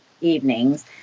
evenings